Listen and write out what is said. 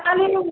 তাহলে